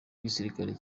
w’igisirikare